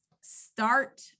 start